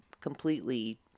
completely